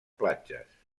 platges